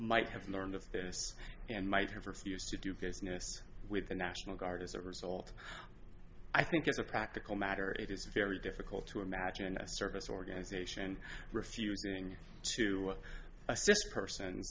might have learned of this and might have refused to do business with the national guard as a result i think as a practical matter it is very difficult to imagine a service organization refusing to assist person